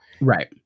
Right